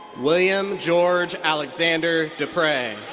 william george alexander deprez.